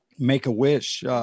Make-A-Wish